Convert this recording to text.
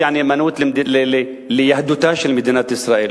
להביע נאמנות ליהדותה של מדינת ישראל.